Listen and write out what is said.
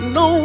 no